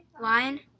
lion